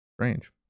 Strange